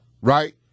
right